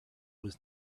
was